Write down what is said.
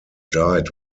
died